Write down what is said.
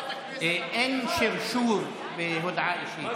אין שרשור בהודעה אישית.